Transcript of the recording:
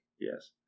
Yes